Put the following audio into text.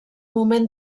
moment